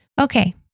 okay